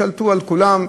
שלטו על כולם.